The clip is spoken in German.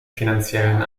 finanziellen